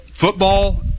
football